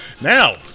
Now